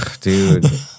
Dude